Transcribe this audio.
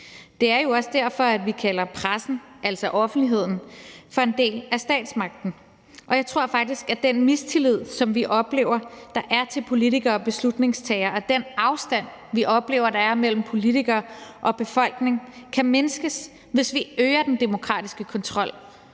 Det er jo også derfor, at vi kalder pressen, altså offentligheden, for en del af statsmagten. Og jeg tror faktisk, at den mistillid, som vi oplever der er til politikere og beslutningstagere, og den afstand, vi oplever der er mellem politikere og befolkning, kan mindskes, hvis vi øger den demokratiske kontrol,